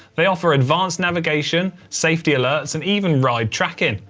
they offer advanced navigation, safety alerts, and even ride tracking.